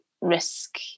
risk